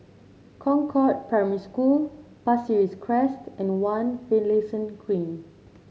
Concord Primary School Pasir Ris Crest and One Finlayson Green